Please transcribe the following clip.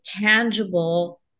tangible